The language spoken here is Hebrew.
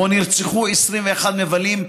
שבו נרצחו 21 מבלים.